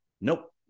Nope